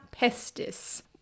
pestis